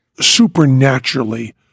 supernaturally